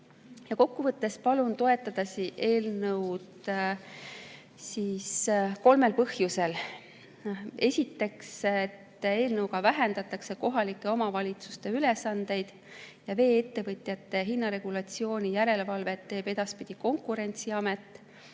kokku võttes palun toetada eelnõu kolmel põhjusel. Esiteks, eelnõuga vähendatakse kohalike omavalitsuste ülesandeid ja vee-ettevõtjate hinnaregulatsiooni järelevalvet teeb edaspidi Konkurentsiamet.